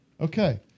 Okay